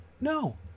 No